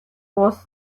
was